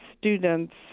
students